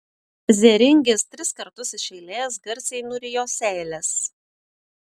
zėringis tris kartus iš eilės garsiai nurijo seiles